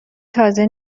تازه